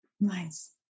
Nice